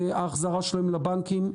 ההחזרה שלהם לבנקים,